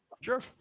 Sure